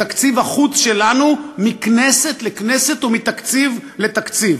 תקציב החוץ שלנו מכנסת לכנסת ומתקציב לתקציב.